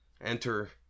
Enter